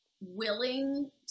willing